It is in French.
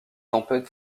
tempêtes